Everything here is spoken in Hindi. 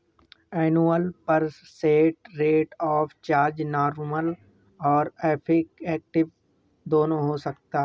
annual percent rate of charge nominal और इफेक्टिव दोनों हो सकता है